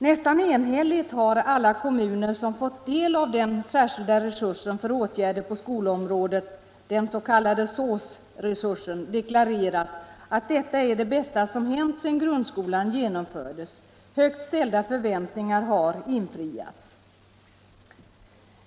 Nästan enhälligt har alla kommuner som fått del av den särskilda resursen för åtgärder på skolområdet, den s.k. SÅS-resursen, deklarerat att detta är det bästa som hänt sedan grundskolan genomfördes. Högt ställda förväntningar har infriats.